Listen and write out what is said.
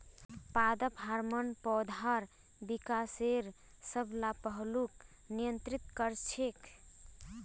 पादप हार्मोन पौधार विकासेर सब ला पहलूक नियंत्रित कर छेक